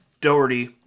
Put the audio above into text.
Doherty